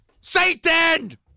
Satan